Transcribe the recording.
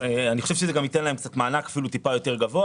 אני חושב שזה גם ייתן להם מענק אפילו קצת יותר גבוה